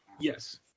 Yes